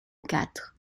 quatre